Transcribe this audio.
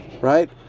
Right